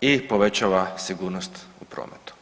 i povećava sigurnost u prometu.